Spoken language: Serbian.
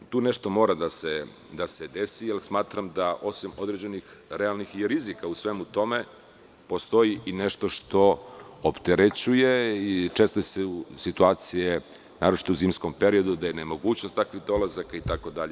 Tu nešto mora da se desi jer smatram da, osim određenih realnih rizika u svemu tome, postoji i nešto što opterećuje i često su situacije, naročito u zimskom periodu, nemogućnosti takvih dolazaka itd.